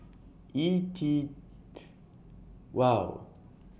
E T wow